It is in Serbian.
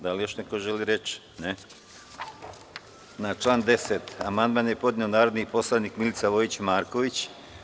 Da li još neko želi reč? (Ne.) Na član 10. amandman je podneo narodni poslanik Milica Vojić Marković.